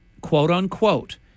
quote-unquote